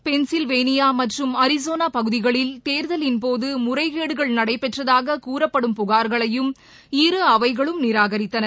pencil Vanya மற்றும் Arizona பகுதிகளில் தேர்தலின்போது முறைகேடுகள் நடைபெற்றதாக கூறப்படும் புகார்களையும் இரு அவைகளும் நிராகரித்தன